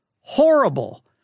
Horrible